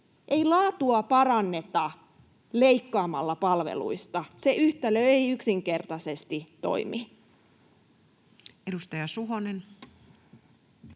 Ei laatua paranneta leikkaamalla palveluista. Se yhtälö ei yksinkertaisesti toimi. [Speech